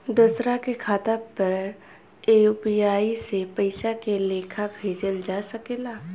दोसरा के खाता पर में यू.पी.आई से पइसा के लेखाँ भेजल जा सके ला?